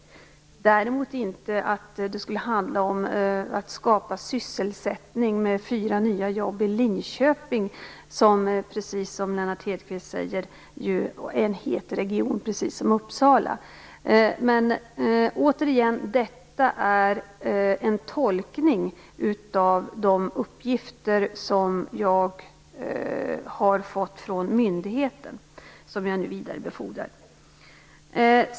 Däremot har jag inte hört att det skulle handla om att skapa sysselsättning med fyra nya jobb i Linköping, som, precis som Lennart Hedquist säger, ju är en het region, precis som Uppsala. Men återigen: Detta är en tolkning av de uppgifter som jag har fått från myndigheten och som jag nu vidarebefordrar.